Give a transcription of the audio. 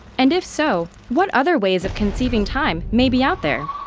and if so, what other ways of conceiving time may be out there?